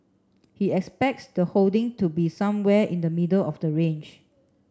he expects the holdings to be somewhere in the middle of the range